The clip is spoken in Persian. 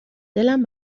دلم